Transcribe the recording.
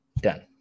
done